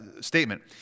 statement